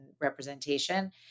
representation